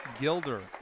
Gilder